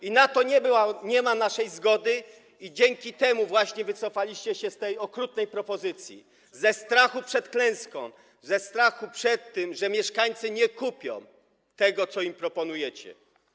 I na to nie ma naszej zgody i dzięki temu właśnie wycofaliście się z tej okrutnej propozycji: ze strachu przed klęską, ze strachu przed tym, że mieszkańcy nie kupią tego, co im proponujecie.